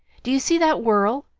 do you see that whorl?